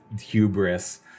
hubris